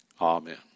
Amen